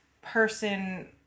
person